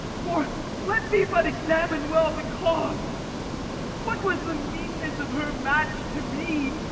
for let me but examine well the cause what was the meanness of her match to me?